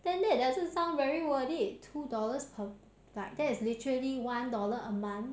then that doesn't sound very worthy two dollars per like that is literally one dollar a month